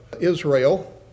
Israel